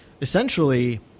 essentially